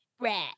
Rat